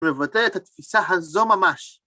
מבטא את התפיסה הזו ממש